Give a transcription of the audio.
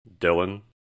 Dylan